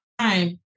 time